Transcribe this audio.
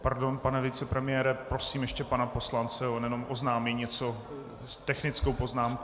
Pardon, pane vicepremiére, prosím ještě pana poslance, on ještě oznámí něco technickou poznámku.